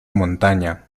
montaña